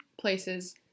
places